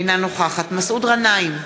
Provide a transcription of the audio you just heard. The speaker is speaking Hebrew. אינה נוכחת מסעוד גנאים,